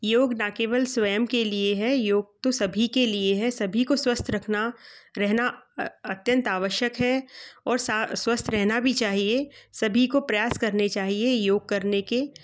योग न केवल स्वयं के लिए है योग तो सभी के लिए है सभी को स्वस्थ रखना रहना अत्यंत आवश्यक है और स्वस्थ रहना भी चाहिए सभी को प्रयास करने चाहिए योग करने के